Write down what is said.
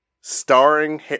Starring